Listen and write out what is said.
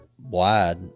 wide